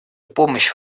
помощь